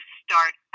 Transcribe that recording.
start